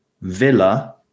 Villa